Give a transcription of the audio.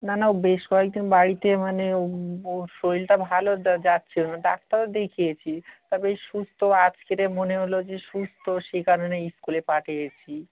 না না ও বেশ কয়েকদিন বাড়িতে মানে ওর শরীরটা ভালো যাচ্ছিল না ডাক্তারও দেখিয়েছি তারপর এই সুস্থ আজকের মনে হল যে সুস্থ সেই কারণেই স্কুলে পাঠিয়েছি